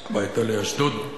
הביתה לאשדוד,